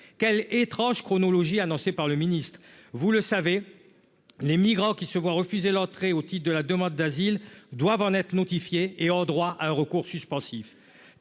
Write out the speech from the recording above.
Quelle étrange chronologie annoncée par le ministre ! Vous le savez, les migrants qui se voient refuser l'entrée au titre de la demande d'asile doivent en recevoir notification et ont droit à un recours suspensif.